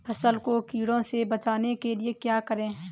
फसल को कीड़ों से बचाने के लिए क्या करें?